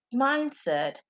mindset